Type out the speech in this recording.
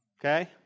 Okay